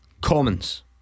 Commons